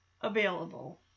available